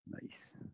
nice